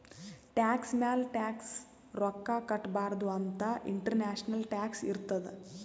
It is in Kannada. ಟ್ಯಾಕ್ಸ್ ಮ್ಯಾಲ ಟ್ಯಾಕ್ಸ್ ರೊಕ್ಕಾ ಕಟ್ಟಬಾರ್ದ ಅಂತ್ ಇಂಟರ್ನ್ಯಾಷನಲ್ ಟ್ಯಾಕ್ಸ್ ಇರ್ತುದ್